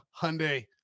Hyundai